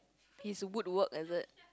he's a good work avert